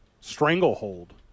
stranglehold